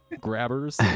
grabbers